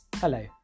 Hello